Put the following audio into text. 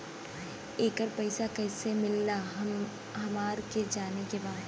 येकर पैसा कैसे मिलेला हमरा के जाने के बा?